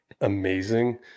amazing